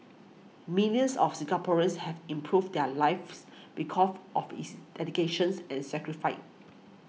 millions of Singaporeans have improved their lives be cough of his dedications and sacrifice